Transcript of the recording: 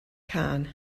cân